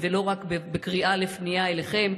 ולא רק קריאה לפנייה אליכם,